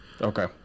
Okay